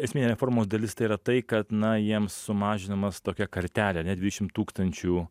esminė reformos dalis tai yra tai kad na jiems sumažinamas tokia kartelė ane dvidešim tūkstančių